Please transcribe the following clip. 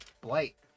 blight